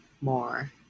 more